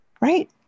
right